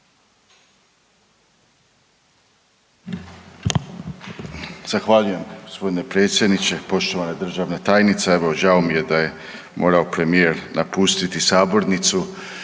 Zahvaljujem gospodine predsjedniče. Poštovana državna tajnice, evo žao mi je da je morao premijer napustiti sabornicu.